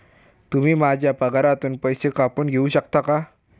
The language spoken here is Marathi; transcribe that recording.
तुम्ही माझ्या पगारातून पैसे कापून घेऊ शकता का?